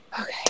okay